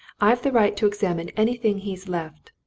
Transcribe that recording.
i've the right to examine anything he's left.